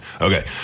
Okay